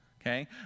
Okay